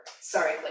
Sorry